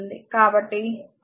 కాబట్టి సమీకరణం 2